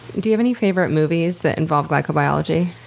do you have any favorite movies that involve glycobiology?